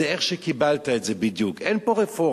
זה איך שקיבלת את זה בדיוק, אין פה רפורמה.